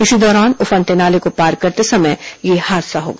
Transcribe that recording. इसी दौरान उफनते नाले को पार करते समय यह हादसा हो गया